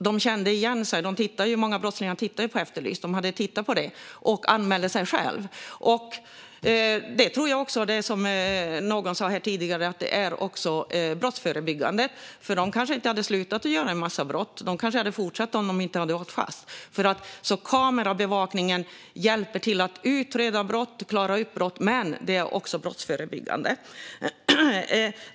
De kände igen sig när de tittade på Efterlyst - många brottslingar tittar på Efterlyst - och anmälde sig själva. Jag tror, som någon sa tidigare, att kamerabevakning är brottsförebyggande. De kanske inte hade slutat begå en massa brott. De kanske hade fortsatt om de inte hade åkt fast. Kamerabevakning hjälper alltså till att utreda och klara upp brott. Men det är också brottsförebyggande.